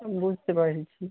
বুঝতে পেরেছি